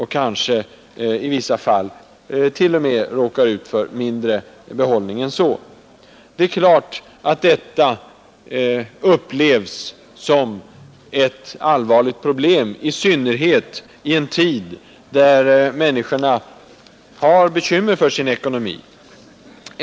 I vissa fall kanske man t.o.m. får mindre behållning än så. Det är klart att detta upplevs som ett allvarligt problem, i synnerhet i en tid då människorna har bekymmer för sin ekonomi.